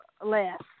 less